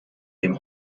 dem